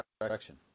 direction